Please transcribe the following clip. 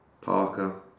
Parker